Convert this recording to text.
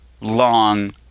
long